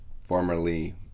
formerly